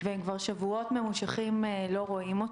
הם כבר שבועות ממושכים לא רואים.